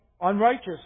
Unrighteous